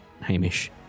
Hamish